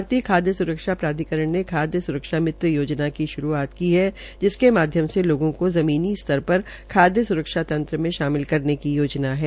भारतीय खाद्यसुरक्षा प्राधिकरण ने खाद्य सुरक्षा मित्र योजना की शुरूआत की है जिसके माध्यम से लोगों को जमीनी स्तर पर खाय तंत्र में शामिल करने की योजना है